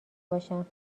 باشم